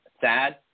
sad